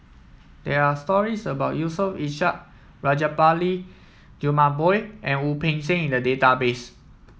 there are stories about Yusof Ishak Rajabali Jumabhoy and Wu Peng Seng in the database